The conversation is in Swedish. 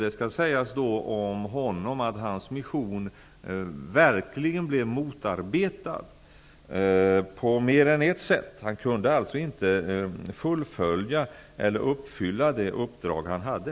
Det skall sägas om honom att hans mission verkligen blev motarbetad på mer än ett sätt. Han kunde alltså inte uppfylla det uppdrag han hade.